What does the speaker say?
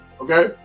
okay